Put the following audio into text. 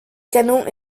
canons